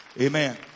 Amen